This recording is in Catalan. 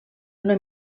una